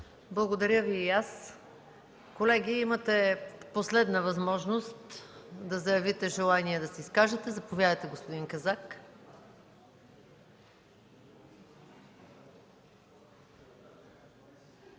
Благодаря Ви и аз. Колеги, имате последна възможност да заявите желание за изказване. Заповядайте, господин Казак.